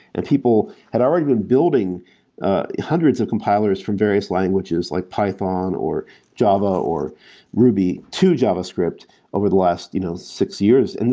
and people had already been building hundreds of compilers from various languages like python, or java, or ruby to javascript over the last you know six years. and